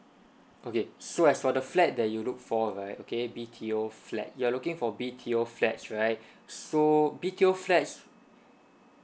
okay so as for the flat that you look for right okay B_T_O flat you are looking for B_T_O flats right so B_T_O flats